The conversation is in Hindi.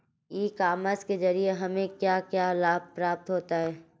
ई कॉमर्स के ज़रिए हमें क्या क्या लाभ प्राप्त होता है?